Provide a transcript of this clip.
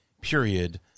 period